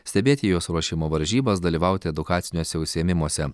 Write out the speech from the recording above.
stebėti jos ruošimo varžybas dalyvauti edukaciniuose užsiėmimuose